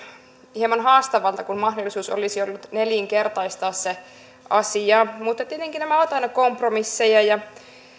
hieman haastavalta kun mahdollisuus olisi ollut nelinkertaistaa se asia mutta tietenkin nämä ovat aina kompromisseja ja